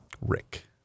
Rick